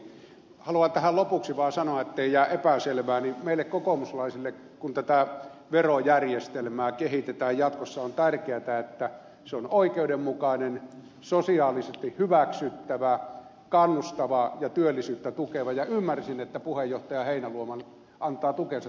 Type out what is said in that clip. haluan tähän lopuksi vaan sanoa ettei jää epäselvää että meille kokoomuslaisille kun tätä verojärjestelmää kehitetään jatkossa on tärkeätä että se on oikeudenmukainen sosiaalisesti hyväksyttävä kannustava ja työllisyyttä tukeva ja ymmärsin että puheenjohtaja heinäluoma antaa tukensa tämän kaltaiselle verouudistukselle